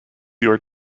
your